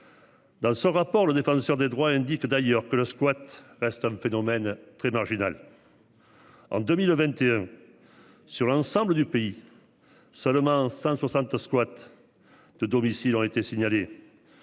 Dans son rapport, le défenseur des droits, indique d'ailleurs que le squat reste un phénomène très marginal. En 2021. Sur l'ensemble du pays. Seulement 160 squat. De domicile aurait été signalé.